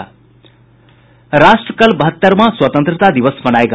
राष्ट्र कल बहत्तरवां स्वतंत्रता दिवस मनाएगा